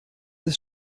ist